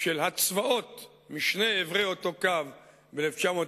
של הצבאות משני עברי אותו קו ב-1949,